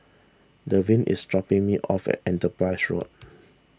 Delvin is dropping me off at Enterprise Road